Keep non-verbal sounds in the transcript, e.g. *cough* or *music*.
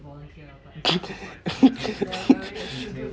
*breath* *breath* *breath*